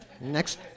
Next